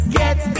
get